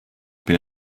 been